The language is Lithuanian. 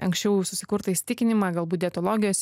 anksčiau susikurtą įsitikinimą galbūt dietologės